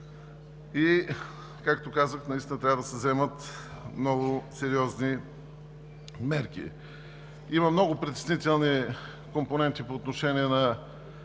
и, както казах, трябва да се вземат много сериозни мерки. Има много притеснителни компоненти по отношение на